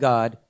God